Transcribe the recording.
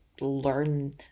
learn